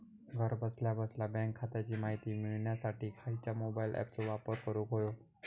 घरा बसल्या बसल्या बँक खात्याची माहिती मिळाच्यासाठी खायच्या मोबाईल ॲपाचो वापर करूक होयो?